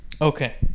okay